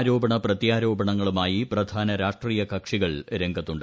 ആരോപണ പ്രത്യാരോപണ്ടങ്ങളുമായി പ്രധാന രാഷ്ട്രീയ കക്ഷികൾ രംഗത്തുണ്ട്